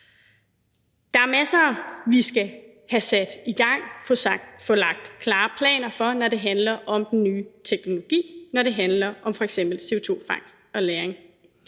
Der er masser, vi skal have sat i gang og få lagt klare planer for, når det handler om den nye teknologi; når det handler om f.eks. CO2-fangst og -lagring.